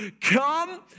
come